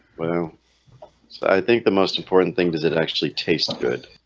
well i think the most important thing does it actually taste good,